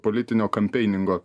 politinio kampeiningo